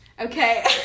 Okay